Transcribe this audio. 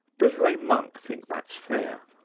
does ray monk think that's fair?